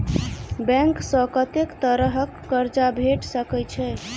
Bank सऽ कत्तेक तरह कऽ कर्जा भेट सकय छई?